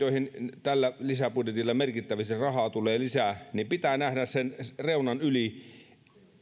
joihin tällä lisäbudjetilla merkittävästi rahaa tulee lisää pitää nähdä sen reunan yli